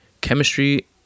Chemistry